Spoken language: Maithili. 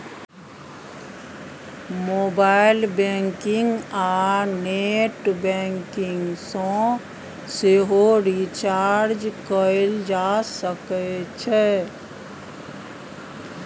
मोबाइल बैंकिंग आ नेट बैंकिंग सँ सेहो रिचार्ज कएल जा सकै छै